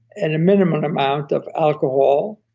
and a minimum amount of alcohol,